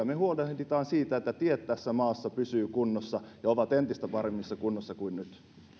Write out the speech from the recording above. me huolehdimme siitä että tiet tässä maassa pysyvät kunnossa ja ovat paremmassa kunnossa kuin nyt